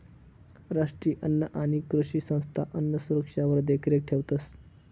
राष्ट्रीय अन्न आणि कृषी संस्था अन्नसुरक्षावर देखरेख ठेवतंस